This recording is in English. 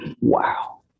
Wow